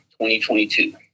2022